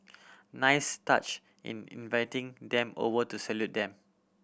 nice touch in inviting them over to salute them